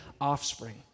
offspring